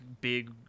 big